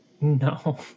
No